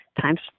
times